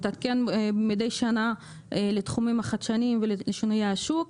הוא מתעדכן מדי שנה לתחומים החדשניים ולשינויי השוק,